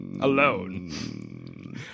alone